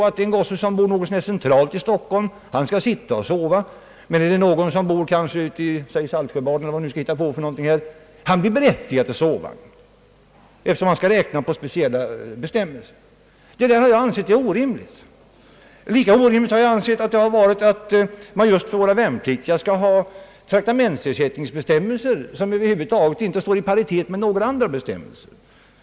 En värnpliktig som bor något så när centralt i Stockholm får sitta och sova, medan en värnpliktig som bor t.ex. i Saltsjöbaden är berättigad till sovvagnsbiljett, eftersom man skall gå efter speciella bestämmelser. Detta anser jag orimligt. Lika orimligt anser jag det vara att man just för våra värnpliktiga skall ha traktamentsersättningsbestämmelser, som inte står i paritet med några andra bestämmelser.